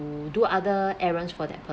do other errands for that